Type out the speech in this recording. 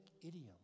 idiom